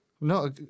no